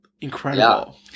incredible